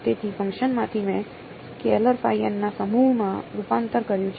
તેથી ફંક્શનમાંથી મેં સ્કેલર ના સમૂહમાં રૂપાંતર કર્યું છે